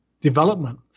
development